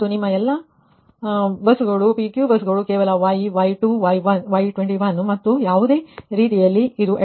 ಮತ್ತು ನಿಮ್ಮ ಮತ್ತು ಎಲ್ಲಾ ಬಸ್ಸುಗಳು PQ ಬಸ್ಸುಗಳು ಕೇವಲ Y Y2Y21 ಮತ್ತು ಯಾವುದೇ ರೀತಿಯಲ್ಲಿ ಇದು ಅಡ್ಮಿಟ್ಟನ್ಸ್ ಮ್ಯಾಟ್ರಿಕ್ಸ್ ಅಂಶವಾಗಿದೆ